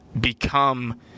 become